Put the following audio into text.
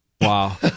Wow